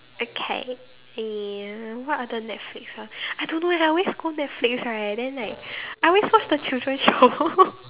okay eh uh what other netflix ah I don't know eh I always go netflix right then like I always watch the children show